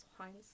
Hines